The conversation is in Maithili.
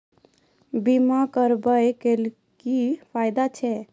बीमा कराबै के की फायदा छै?